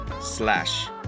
Slash